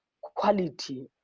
quality